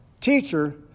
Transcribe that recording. Teacher